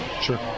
Sure